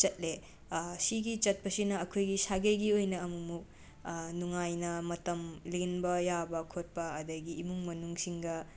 ꯆꯠꯂꯦ ꯁꯤꯒꯤ ꯆꯠꯄꯁꯤꯅ ꯑꯩꯈꯣꯏꯒꯤ ꯁꯥꯒꯩꯒꯤ ꯑꯣꯏꯅ ꯑꯃꯨꯃꯨꯛ ꯅꯨꯡꯉꯥꯏꯅ ꯃꯇꯝ ꯂꯦꯟꯕ ꯌꯥꯕ ꯈꯣꯠꯄ ꯑꯗꯒꯤ ꯏꯃꯨꯡ ꯃꯅꯨꯡ ꯁꯤꯡꯒ